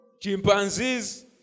Chimpanzees